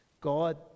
God